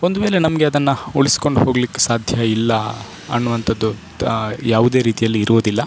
ಒಂದುವೇಳೆ ನಮಗೆ ಅದನ್ನು ಉಳಿಸಿಕೊಂಡು ಹೋಗಲಿಕ್ಕೆ ಸಾಧ್ಯ ಇಲ್ಲ ಅನ್ನುವಂತದ್ದು ಯಾವುದೇ ರೀತಿಯಲ್ಲಿ ಇರುವುದಿಲ್ಲ